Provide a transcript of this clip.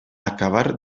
acabar